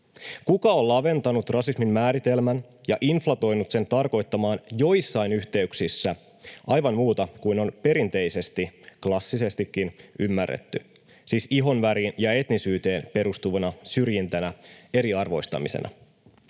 Kuka on laventanut rasismin määritelmän ja inflatoinut sen tarkoittamaan joissain yhteyksissä aivan muuta kuin on perinteisesti, klassisestikin, ymmärretty — siis ihonväriin ja etnisyyteen perustuvana syrjintänä, eriarvoistamisena?